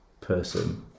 person